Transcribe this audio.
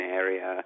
area